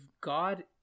god